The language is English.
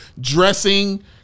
dressing